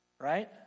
Right